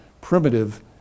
primitive